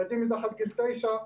ילדים מתחת לגיל 9,